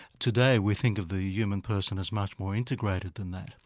today we think of the human person as much more integrated than that,